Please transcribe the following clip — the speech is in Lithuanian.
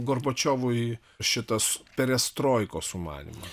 gorbačiovui šitas perestroikos sumanymas